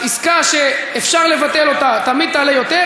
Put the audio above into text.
אז עסקה שאפשר לבטל אותה תמיד תעלה יותר,